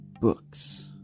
books